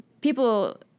people